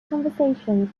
conversations